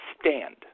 stand